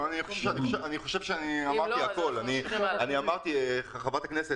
כדי להיות אופרטיביים,